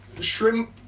Shrimp